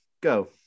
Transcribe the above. go